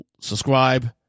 subscribe